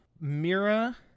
mira